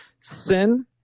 Sin